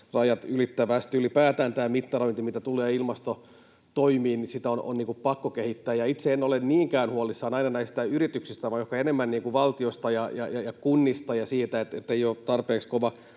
Ylipäätään tätä mittarointia, mitä tulee ilmastotoimiin, on pakko kehittää, ja itse en ole niinkään huolissani aina näistä yrityksistä vaan ehkä enemmän valtiosta ja kunnista ja siitä, ettei ole tarpeeksi kova